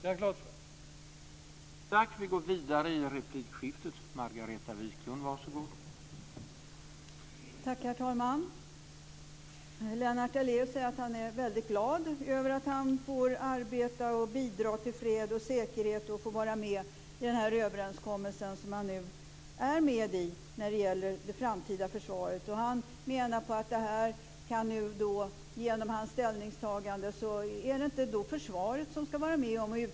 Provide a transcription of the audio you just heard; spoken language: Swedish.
Det är jag glad för.